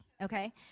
okay